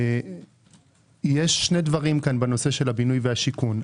יש שני דברים בנושא הבינוי והשיכון.